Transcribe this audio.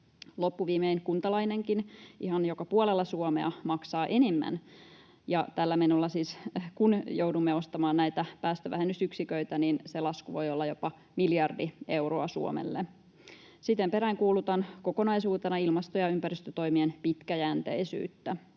Loppuviimein kuntalainenkin ihan joka puolella Suomea maksaa enemmän, ja tällä menolla, kun siis joudumme ostamaan näitä päästövähennysyksiköitä, se lasku voi olla jopa miljardi euroa Suomelle. Siten peräänkuulutan kokonaisuutena ilmasto- ja ympäristötoimien pitkäjänteisyyttä.